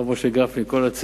הרב משה גפני, כל הצוות.